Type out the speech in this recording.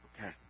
Okay